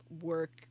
work